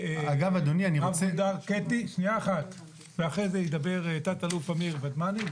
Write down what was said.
רב-גונדר קטי ואחרי זה ידבר תת-אלוף אמיר ודמני.